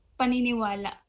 paniniwala